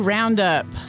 Roundup